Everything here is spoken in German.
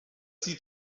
sieht